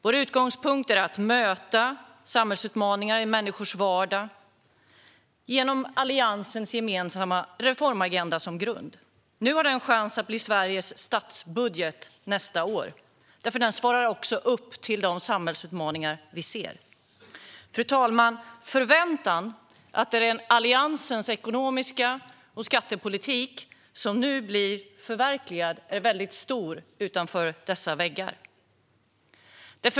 Vår utgångspunkt är att möta samhällsutmaningar i människors vardag med Alliansens gemensamma reformagenda som grund. Nu har den chans att bli Sveriges statsbudget nästa år. Den svarar också upp till de samhällsutmaningar vi ser. Fru talman! Förväntan att det är Alliansens ekonomiska politik och skattepolitik som nu blir förverkligad är väldigt stor utanför dessa väggar.